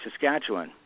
Saskatchewan